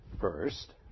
First